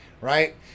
right